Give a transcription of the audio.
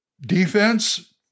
Defense